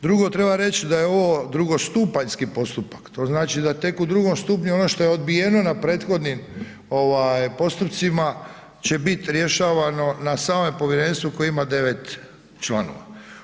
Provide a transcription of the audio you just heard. Drugo, treba reći da je ovo drugostupanjski postupak, to znači da tek u drugom stupnju ono što je odbijeno na prethodnim postupcima će biti rješavano na samome povjerenstvu koje ima 9 članova.